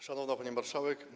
Szanowna Pani Marszałek!